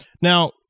Now